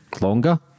Longer